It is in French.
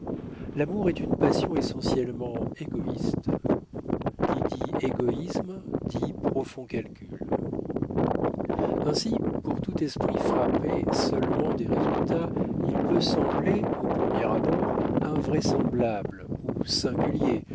l'amour est une passion essentiellement égoïste qui dit égoïsme dit profond calcul ainsi pour tout esprit frappé seulement des résultats il peut sembler au premier abord invraisemblable ou singulier